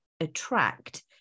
attract